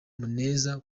muneza